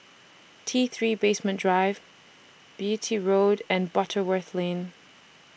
T three Basement Drive Beatty Road and Butterworth Lane